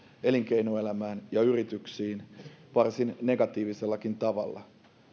elinkeinoelämään ja yrityksiin varsin negatiivisellakin tavalla